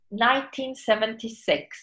1976